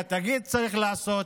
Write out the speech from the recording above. זאת מערכת שהתאגיד צריך לעשות,